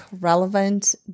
relevant